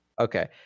okay